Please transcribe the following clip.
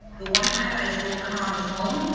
the one time that i spoke to her on the phone,